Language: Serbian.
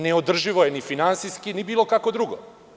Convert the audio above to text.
Neodrživo je finansijski i bilokako drugo.